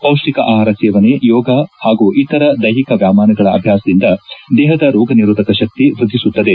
ಪೌಷ್ಠಿಕ ಆಹಾರ ಸೇವನೆ ಯೋಗ ಹಾಗೂ ಇತರ ದೈಹಿಕ ವ್ಯಾಯಾಮಗಳ ಅಭ್ಯಾಸದಿಂದ ದೇಹದ ರೋಗ ನಿರೋಧಕ ಶಕ್ತಿ ವೃದ್ಧಿಸುತ್ತದೆ